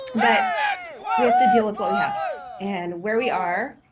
but we have to deal with what we have and where we are.